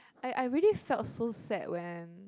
I I really felt so sad when